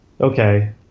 okay